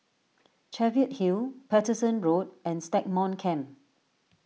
Cheviot Hill Paterson Road and Stagmont Camp